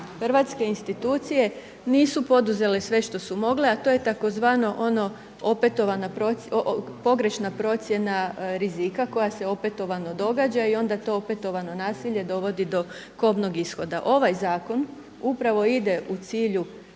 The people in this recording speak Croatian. hrvatske institucije nisu poduzele sve što su mogle, a to je tzv. ono pogrešna procjena rizika koja se opetovano događa i onda to opetovano nasilje dovodi do kobnog ishoda. Ovaj zakon upravo ide u cilju